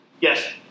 Yes